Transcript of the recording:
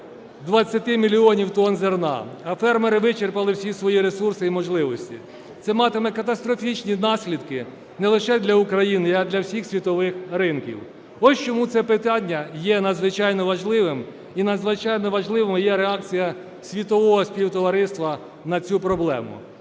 20 мільйонів тонн зерна, а фермери вичерпали всі свої ресурси і можливості. Це матиме катастрофічні наслідки не лише для України, а і для всіх світових ринків. Ось чому це питання є надзвичайно важливим і надзвичайно важливою є реакція світового співтовариства на цю проблему.